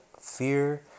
fear